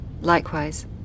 Likewise